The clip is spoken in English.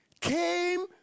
came